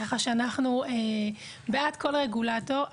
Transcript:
כך שאנחנו בעד כל רגולטור,